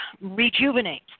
rejuvenate